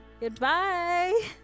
Goodbye